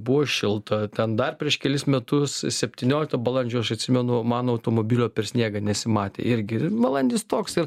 buvo šilta ten dar prieš kelis metus septynioliktą balandžio aš atsimenu mano automobilio per sniegą nesimatė irgi ir balandis toks ir